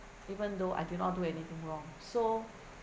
even though I do not do anything wrong so